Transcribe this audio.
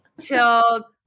Till